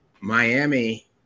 Miami